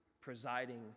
presiding